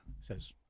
says